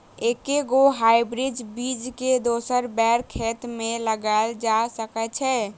एके गो हाइब्रिड बीज केँ दोसर बेर खेत मे लगैल जा सकय छै?